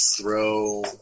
Throw